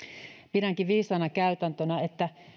pidänkin viisaana käytäntönä että